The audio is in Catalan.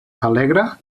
alegre